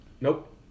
nope